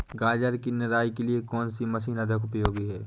गाजर की निराई के लिए कौन सी मशीन अधिक उपयोगी है?